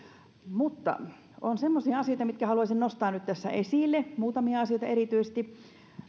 mutta on semmoisia asioita mitkä haluaisin nostaa nyt tässä esille muutamia asioita erityisesti